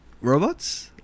robots